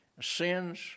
sins